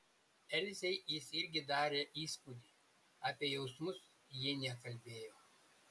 elzei jis irgi darė įspūdį apie jausmus ji nekalbėjo